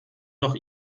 noch